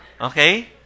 Okay